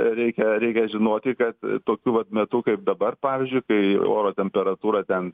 reikia reikia žinoti kad tokiu vat metu kaip dabar pavyzdžiui kai oro temperatūra ten